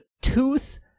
tooth